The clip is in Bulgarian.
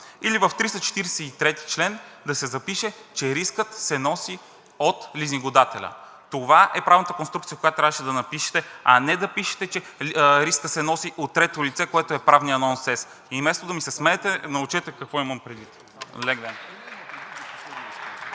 или в чл. 343 да се запише, че рискът се носи от лизингодателя. Това е правилната конструкция, която трябваше да напишете, а не да пишете, че рискът се носи от трето лице, което е правният нонсенс. И вместо да ми се смеете, научете какво имам предвид. Лек ден!